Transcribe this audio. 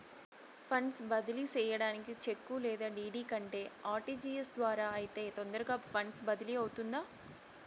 funds బదిలీ సేయడానికి cheque లేదా డీ.డీ కంటే ఆర్.టి.జి.ఎస్ ద్వారా అయితే తొందరగా ఫండ్స్ బదిలీ అవుతుందా